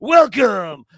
Welcome